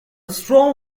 strong